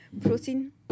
Protein